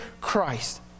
Christ